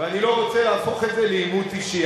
ואני לא רוצה להפוך את זה לעימות אישי.